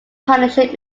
partnership